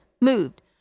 moved